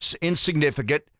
insignificant